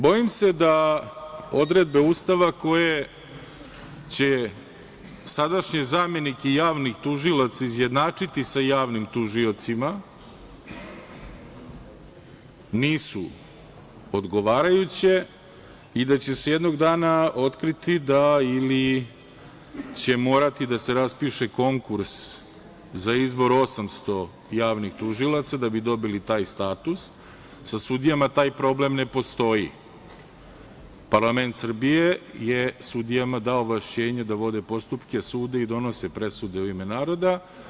Bojim se da odredbe Ustava koje će sadašnje zamenike javnih tužilaca izjednačiti sa javnim tužiocima nisu odgovarajuće i da će se jednog dana otkriti da ili će morati da se raspiše konkurs za izbor 800 javnih tužilaca da bi dobili taj status, sa sudijama taj problem ne postoji, parlament Srbije je sudijama dao ovlašćenje da vode postupke suda i donose presude u ime naroda.